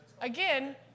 Again